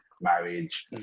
marriage